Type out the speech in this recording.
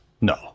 No